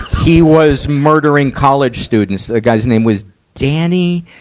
he was murdering college students. the guy's name was danny,